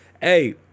hey